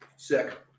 Sick